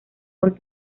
con